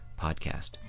podcast